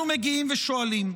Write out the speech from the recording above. ואנחנו מגיעים ושואלים.